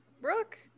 Brooke